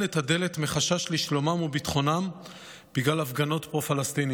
את הדלת מחשש לשלומם וביטחונם בגלל הפגנות פרו-פלסטיניות.